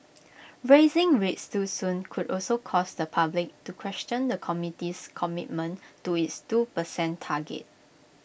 raising rates too soon could also cause the public to question the committee's commitment to its two percent target